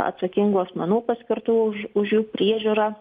atsakingų asmenų paskirtų už už jų priežiūrą